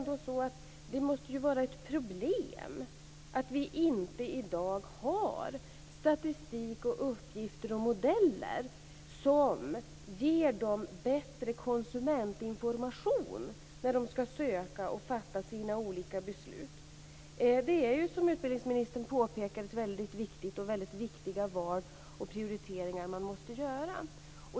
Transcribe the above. Då måste det ju ändå vara ett problem att vi inte i dag har statistik, uppgifter och modeller som ger studenterna bättre konsumentinformation när de skall söka och fatta sina olika beslut. Det är ju som utbildningsministern påpekar väldigt viktiga val och prioriteringar man måste göra.